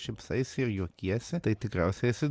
šypsaisi ir juokiesi tai tikriausiai esi